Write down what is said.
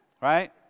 Right